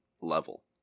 level